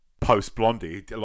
post-Blondie